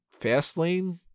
Fastlane